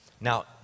Now